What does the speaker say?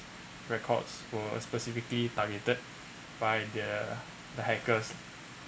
records were specifically targeted by the the hackers